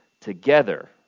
together